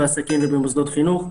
בעסקים ובמוסדות חינוך.